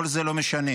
כל זה לא משנה.